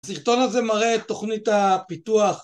הסרטון הזה מראה תוכנית הפיתוח